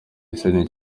isoni